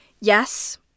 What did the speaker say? Yes